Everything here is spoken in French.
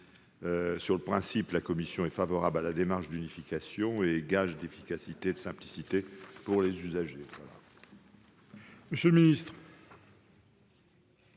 Sur le principe, la commission est favorable à la démarche d'unification, gage d'efficacité et de simplicité pour les usagers.